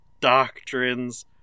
doctrines